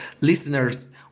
listeners